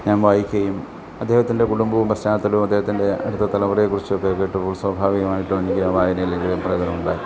ഞാൻ വായിക്കുകയും അദ്ദേഹത്തിന്റെ കുടുംബവും പശ്ചാത്തലവും അദ്ദേഹത്തിന്റെ അടുത്ത തലമുറയെ കുറിച്ചൊക്കെ കേട്ടപ്പോൾ സ്വാഭാവികമായിട്ടും എനിക്ക് ആ വായനയിൽ എനിക്ക് പ്രചോദനമുണ്ടായി